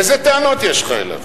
איזה טענות יש לך אליו?